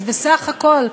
אז בסך הכול,